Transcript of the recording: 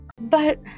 But